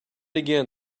again